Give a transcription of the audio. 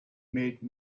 made